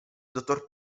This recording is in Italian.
dottor